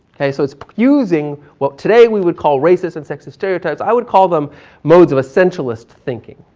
okay, so it's using what today we would call racist and sexist stereotypes, i would call them modes of essentialist thinking.